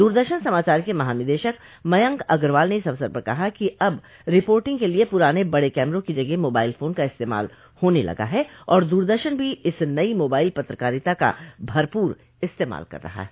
दूरदर्शन समाचार के महानिदेशक मयंक अग्रवाल ने इस अवसर पर कहा कि अब रिपोर्टिंग के लिए पुराने बड़े कैमरों की जगह मोबाइल फोन का इस्तेमाल होने लगा है और दूरदर्शन भी इस नइ मोबाइल पत्रकारिता का भरपूर इस्तेमाल कर रहा है